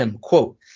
quote